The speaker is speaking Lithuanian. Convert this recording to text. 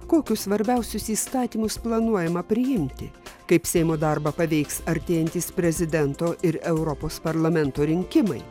kokius svarbiausius įstatymus planuojama priimti kaip seimo darbą paveiks artėjantys prezidento ir europos parlamento rinkimai